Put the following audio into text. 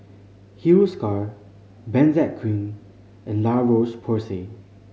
Hiruscar Benzac Cream and La Roche Porsay